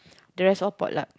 the rest all potluck